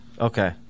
Okay